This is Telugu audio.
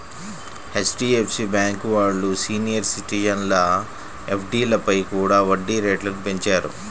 హెచ్.డి.ఎఫ్.సి బ్యేంకు వాళ్ళు సీనియర్ సిటిజన్ల ఎఫ్డీలపై కూడా వడ్డీ రేట్లను పెంచారు